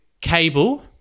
cable